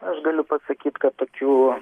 aš galiu pasakyt kad tokių